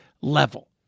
level